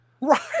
Right